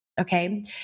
Okay